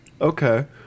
Okay